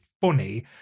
funny